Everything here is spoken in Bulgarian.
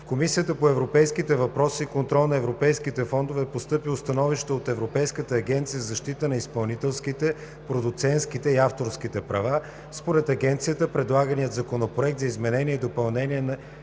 в Комисията по европейските въпроси и контрол на европейските фондове е постъпило становище от Европейската агенция за защита на изпълнителските, продуцентските и авторските права. Според Агенцията предлаганият Законопроект за изменение и допълнение не